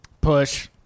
Push